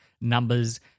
numbers